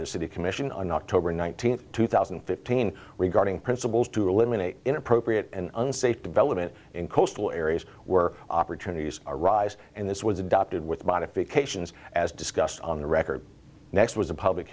the city commission on october nineteenth two thousand and fifteen regarding principles to eliminate inappropriate and unsafe development in coastal areas were opportunities arise and this was adopted with modifications as discussed on the record next was a public